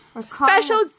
special